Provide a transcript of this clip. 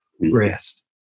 Rest